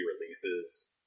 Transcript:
releases